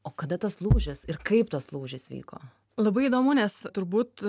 o kada tas lūžis ir kaip tas lūžis vyko labai įdomu nes turbūt